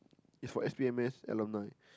is for S B M mass alumni